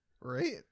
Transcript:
Right